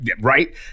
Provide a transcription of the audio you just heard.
Right